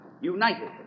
united